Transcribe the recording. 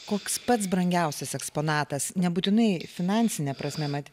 koks pats brangiausias eksponatas nebūtinai finansine prasme mat